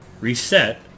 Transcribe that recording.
reset